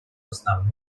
основными